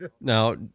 Now